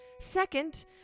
Second